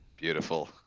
Beautiful